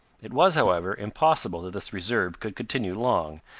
it was, however, impossible that this reserve could continue long,